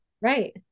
Right